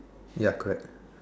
ya correct